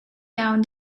down